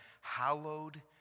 Hallowed